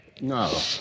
No